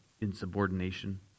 insubordination